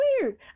weird